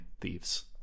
thieves